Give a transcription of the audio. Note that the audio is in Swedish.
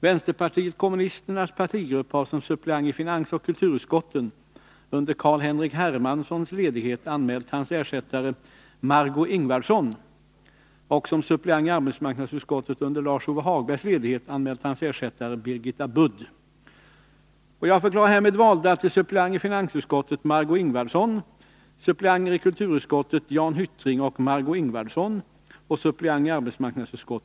Vänsterpartiet kommunisternas partigrupp har som suppleant i finansoch kulturutskotten under Carl-Henrik Hermanssons ledighet anmält hans ersättare Margo Ingvardsson och som suppleant i arbetsmarknadsutskottet under Lars-Ove Hagbergs ledighet anmält hans ersättare Birgitta Budd.